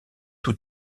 tous